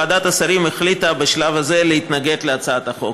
ועדת השרים החליטה בשלב הזה להתנגד להצעת החוק.